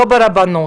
לא ברבנות.